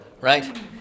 right